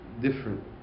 different